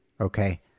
Okay